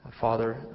Father